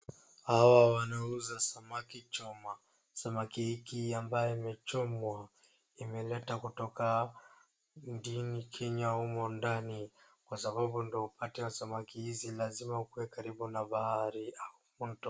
Hawa wanauza samaki choma samaki hiki ambayo imechomwa imeleta kutoka njini Kenya humo ndani kwa sababu ndoo upate samaki hizi lasima ukue karibu na bahari au mto.